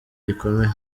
gikomeye